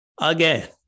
Again